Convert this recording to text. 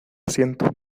siento